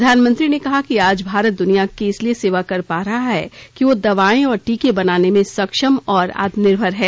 प्रधानमंत्री ने कहा कि आज भारत दुनिया की इसलिए सेवा कर पा रहा है कि वह दवायें और टीके बनाने में सक्षम और आत्म निर्भर है